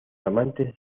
amantes